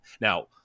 Now